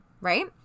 right